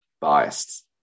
biased